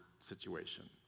situation